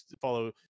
follow